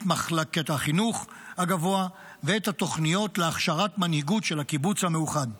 את מחלקת החינוך הגבוה ואת התוכניות להכשרת מנהיגות של הקיבוץ המאוחד.